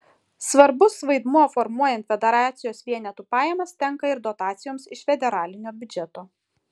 svarbus vaidmuo formuojant federacijos vienetų pajamas tenka ir dotacijoms iš federalinio biudžeto